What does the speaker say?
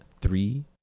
three